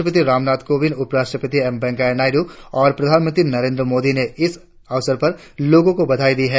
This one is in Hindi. राष्ट्रपति रामनाथ कोविंद उपराष्ट्रपति वेंकैया नायडू और प्रधानमंत्री नरेंद्र मोदी ने इस अवसर पर लोगों को बधाई दी है